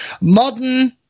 Modern